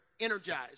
energized